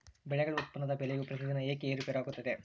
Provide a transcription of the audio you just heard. ಬೆಳೆಗಳ ಉತ್ಪನ್ನದ ಬೆಲೆಯು ಪ್ರತಿದಿನ ಏಕೆ ಏರುಪೇರು ಆಗುತ್ತದೆ?